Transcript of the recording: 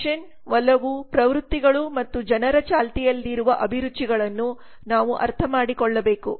fashion ಒಲವು ಪ್ರವೃತ್ತಿಗಳು ಮತ್ತು ಜನರ ಚಾಲ್ತಿಯಲ್ಲಿರುವ ಅಭಿರುಚಿಗಳನ್ನೂ ನಾವು ಅರ್ಥಮಾಡಿಕೊಳ್ಳಬೇಕು